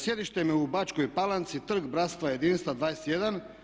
Sjedište im je u Bačkoj Palanci trg Bratstva i jedinstva 21.